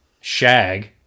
shag